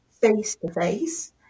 face-to-face